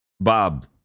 Bob